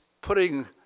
putting